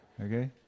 Okay